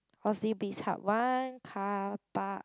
Oxy Bizhub One carpark